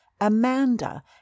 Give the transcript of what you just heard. Amanda